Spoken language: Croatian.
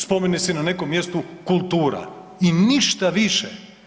Spominje se na nekom mjestu kultura i ništa više.